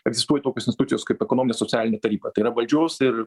egzistuoja tokios institucijos kaip ekonomė socialinė taryba tai yra valdžios ir